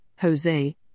Jose